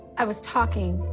i was talking,